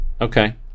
Okay